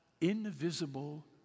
invisible